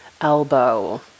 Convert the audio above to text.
elbow